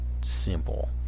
simple